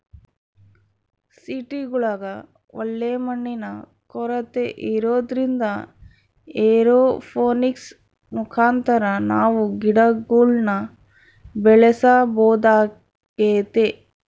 ಸಿಟಿಗುಳಗ ಒಳ್ಳೆ ಮಣ್ಣಿನ ಕೊರತೆ ಇರೊದ್ರಿಂದ ಏರೋಪೋನಿಕ್ಸ್ ಮುಖಾಂತರ ನಾವು ಗಿಡಗುಳ್ನ ಬೆಳೆಸಬೊದಾಗೆತೆ